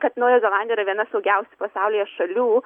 kad naujoji zelandija yra viena saugiausių pasaulyje šalių